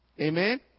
Amen